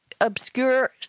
obscure